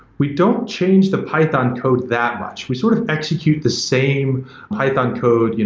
we don't change the python code that much. we sort of execute the same python code,